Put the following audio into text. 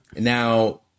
now